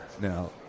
Now